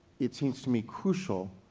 it seems to me, crucial,